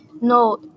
No